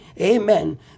amen